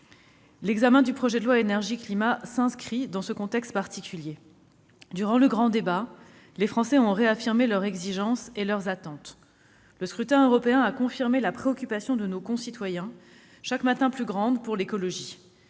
L'examen du projet de loi Énergie-climat s'inscrit dans ce contexte particulier. Durant le grand débat, les Français ont réaffirmé leurs exigences et leurs attentes. Le scrutin européen a confirmé la préoccupation, chaque matin plus grande, de